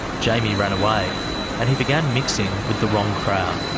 jamy ran away and he began mixing with the wrong crowd.